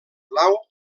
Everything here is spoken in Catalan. blau